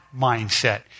mindset